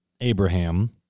Abraham